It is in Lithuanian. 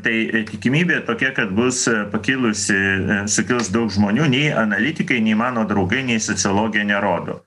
tai tikimybė tokia kad bus pakilusi sukels daug žmonių nei analitikai nei mano draugai nei sociologija nerodo